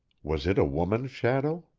was it a woman's shadow?